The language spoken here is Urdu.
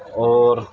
اور